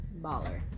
Baller